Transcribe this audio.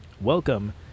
Welcome